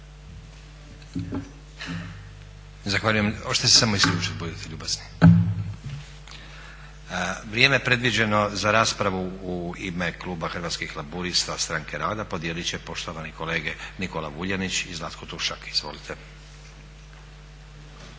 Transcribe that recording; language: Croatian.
Zahvaljujem. Hoćete se samo isključiti, budite ljubazni. Vrijeme predviđeno za raspravu u ime Kluba Hrvatskih laburista-Stranke rada podijeliti će poštovani kolege Nikola Vuljanić i Zlatko Tušak izvolite.